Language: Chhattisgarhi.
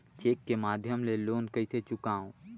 चेक के माध्यम ले लोन कइसे चुकांव?